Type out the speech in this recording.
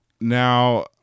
Now